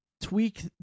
tweak